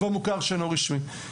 והמוכר שאינו רשמי.